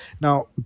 Now